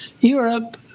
Europe